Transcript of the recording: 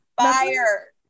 Fire